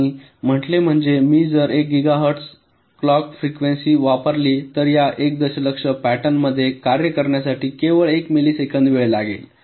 आणि म्हटले म्हणजे मी जर 1 गिगाहर्ट्जची क्लॉक फ्रीक्वेन्सी वापरली तर या 1 दशलक्ष पॅटर्न मध्ये कार्य करण्यासाठी केवळ 1 मिलीसेकंद वेळ लागेल